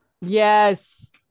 Yes